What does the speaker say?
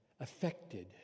affected